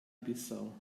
bissau